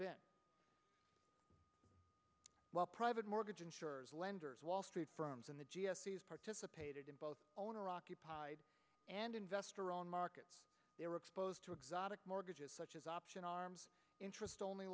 been while private mortgage insurers lenders wall street firms and the g s participated in both owner occupied and investor on market they were exposed to exotic mortgages such as option arms interest only